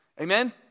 Amen